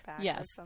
yes